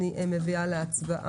מי נגד?